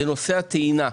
זה נושא הטעינה.